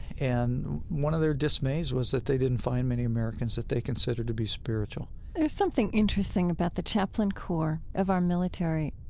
and one of their dismays was that they didn't find many americans that they considered to be spiritual and there's something interesting about the chaplain corps of our military.